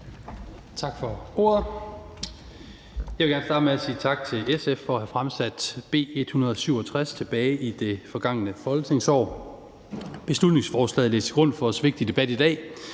Tak for ordet. Jeg vil gerne starte med at sige tak til SF for at have fremsat B 167 tilbage i det forgangne folketingsår. Beslutningsforslaget ligger til grund for vores vigtige debat i dag